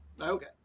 Okay